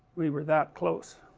we were that close